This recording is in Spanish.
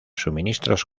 suministros